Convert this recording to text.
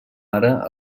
ara